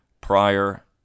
prior